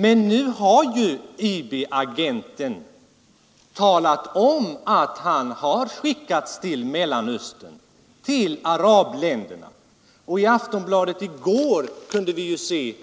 Men nu har ju IB-agenten talat om att han skickats till Mellanöstern och arabländerna. I aftonbladet i går kunde vi se